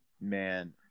Man